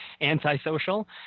anti-social